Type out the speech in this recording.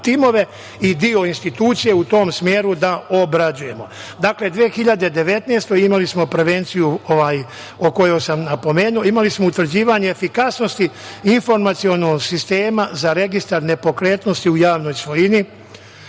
timove i deo institucija u tom smeru da obrađujemo. Dakle, 2019. godine imali smo prevenciju koju smo napomenuo, imali smo utvrđivanje efikasnosti informacionog sistema za registar nepokretnosti u javnoj svojini,